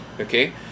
okay